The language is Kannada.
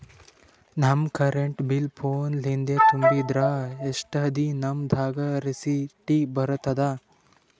ನಮ್ ಕರೆಂಟ್ ಬಿಲ್ ಫೋನ ಲಿಂದೇ ತುಂಬಿದ್ರ, ಎಷ್ಟ ದಿ ನಮ್ ದಾಗ ರಿಸಿಟ ಬರತದ?